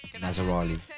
Nazarali